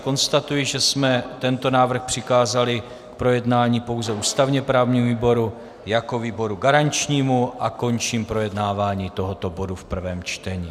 Konstatuji, že jsme tento návrh přikázali k projednání pouze ústavněprávnímu výboru jako výboru garančnímu, a končím projednávání tohoto bodu v prvém čtení.